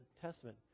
Testament